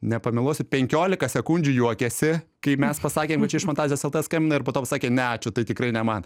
nepameluosiu penkioliką sekundžių juokėsi kai mes pasakėm kad čia iš fantazijos lt skambina ir po to pasakė ne ačiū tai tikrai ne man